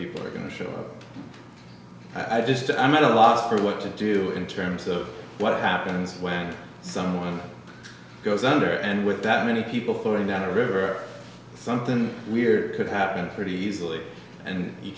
people are going to show i just i'm at a loss for what to do in terms of what happens when someone goes under and with that many people for him down the river something weird could happen pretty easily and you